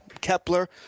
Kepler